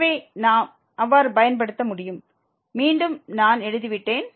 எனவே நாம் அவ்வாறு பயன்படுத்த முடியும் மீண்டும் நான் எழுதிவிட்டேன்